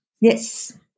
yes